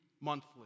monthly